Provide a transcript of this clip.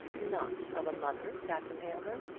not of a mother, captain aylmer?